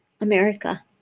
America